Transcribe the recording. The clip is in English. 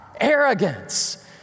arrogance